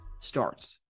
starts